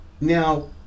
now